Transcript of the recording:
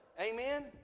Amen